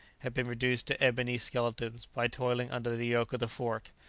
had been reduced to ebony skeletons by toiling under the yoke of the fork,